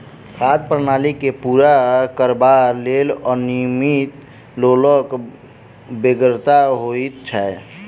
खाद्य प्रणाली के पूरा करबाक लेल अनगिनत लोकक बेगरता होइत छै